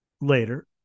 later